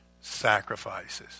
sacrifices